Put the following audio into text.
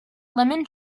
lemon